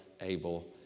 Abel